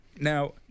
Now